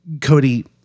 Cody